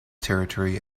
territory